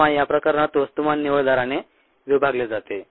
किंवा या प्रकरणात वस्तुमान निव्वळ दराने विभागले जाते